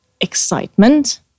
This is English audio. excitement